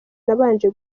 nabanje